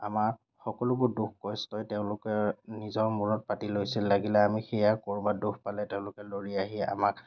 আমাৰ সকলোবোৰ দুখ কষ্টই তেওঁলোকৰ নিজৰ মূৰত পাতি লৈছিল লাগিলে আমি সেয়া ক'ৰবাত দুখ পালে তেওঁলোকে ল'ৰি আহি আমাক